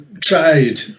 tried